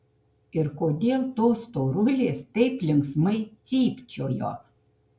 ir kodėl tos storulės taip linksmai cypčiojo